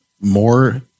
more